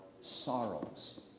sorrows